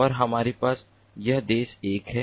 और हमारे पास यह देश 1 है और यह देश 2 है